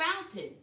fountain